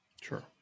Sure